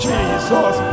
Jesus